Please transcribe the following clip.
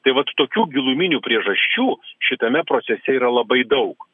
tai vat tokių giluminių priežasčių šitame procese yra labai daug